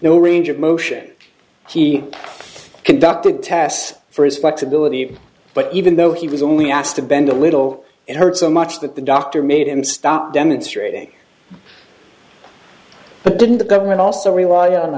no range of motion he conducted tests for his flexibility but even though he was only asked to bend a little and hurt so much that the doctor made him stop demonstrating but didn't the government also really